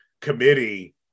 Committee